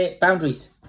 Boundaries